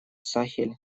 сахель